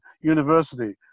university